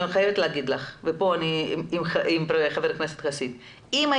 אני חייבת לומר לך וכאן אני עם חבר הכנסת חסיד.